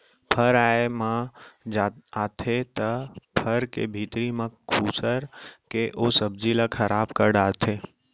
फर आए म आथे त फर के भीतरी म खुसर के ओ सब्जी ल खराब कर डारथे